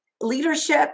leadership